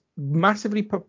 Massively